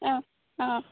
অঁ অঁ